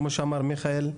כמו שאמר מיכאל,